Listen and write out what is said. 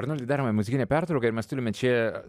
arnoldai darome muzikinę pertrauką ir mes turime čia